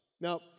Now